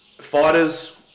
Fighters